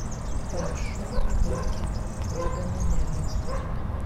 pamiršau maudymkę lagamine liko